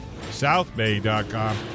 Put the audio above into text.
Southbay.com